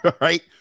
right